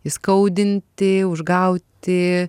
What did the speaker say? įskaudinti užgauti